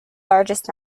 largest